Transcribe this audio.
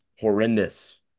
horrendous